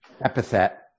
epithet